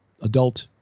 adult